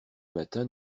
matins